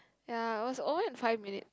ya it was over in five minute